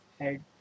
head